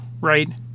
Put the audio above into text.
right